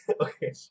okay